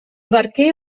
barquer